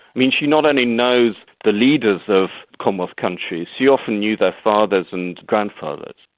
i mean she not only knows the leaders of commonwealth countries, she often knew their fathers and grandfathers.